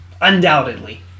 Undoubtedly